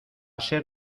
ser